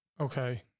Okay